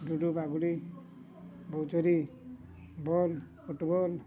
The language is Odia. ଲୁଡ଼ୁ ବାଗୁଡ଼ି ବହୁଚୋରି ବଲ୍ ଫୁଟବଲ୍